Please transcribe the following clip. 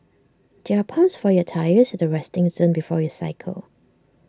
there are pumps for your tyres at the resting zone before you cycle